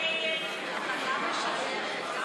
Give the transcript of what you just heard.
ההסתייגות לחלופין (ד) של קבוצת סיעת מרצ